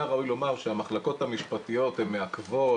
נהוג לומר שהמחלקות המשפטיות הן מעכבות,